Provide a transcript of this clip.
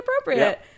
appropriate